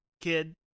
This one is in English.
kid